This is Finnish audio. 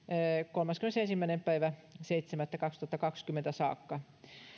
kolmaskymmenesensimmäinen seitsemättä kaksituhattakaksikymmentä saakka